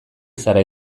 zara